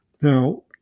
Now